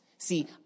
See